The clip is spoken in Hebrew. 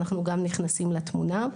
אנחנו גם נכנסים לתמונה.